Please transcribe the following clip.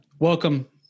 Welcome